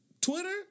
Twitter